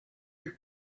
your